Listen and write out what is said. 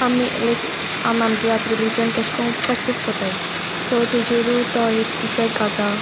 आमी लायक आमगे आतां रिलीजन कशें कोन्न प्रेक्टीस कोत्ताय सो तेजेरू तो एक इफेक्ट घाता